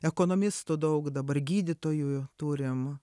ekonomistų daug dabar gydytojų turim